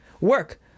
work